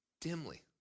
dimly